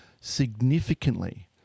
Significantly